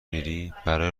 میری؟ برای